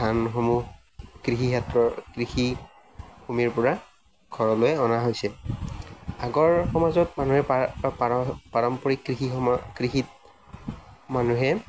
ধানসমূহ কৃষিক্ষেত্ৰৰ কৃষিভূমিৰ পৰা ঘৰলৈ অনা হৈছে আগৰ সমাজত মানুহে পাৰ পাৰ পাৰম্পৰিক কৃষিসমা কৃষিত মানুহে